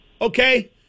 Okay